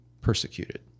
persecuted